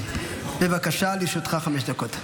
בבקשה, לרשותך חמש דקות.